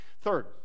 Third